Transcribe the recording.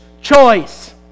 choice